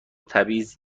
تبعیض